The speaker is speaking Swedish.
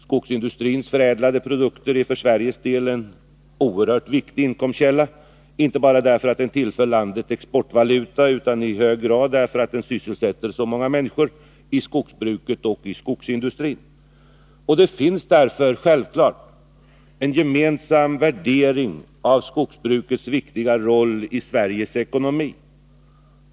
Skogsindustrins förädlade produkter är för Sveriges del en oerhört viktig inkomstkälla, inte bara därför att den tillför landet exportvaluta utan i hög grad därför att den sysselsätter så många människor i skogsbruket och i skogsindustrin. Självfallet finns det därför en gemensam värdering av skogsbrukets viktiga roll i Sveriges ekonomi.